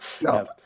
No